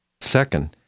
Second